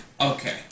Okay